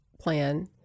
plan